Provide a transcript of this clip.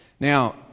Now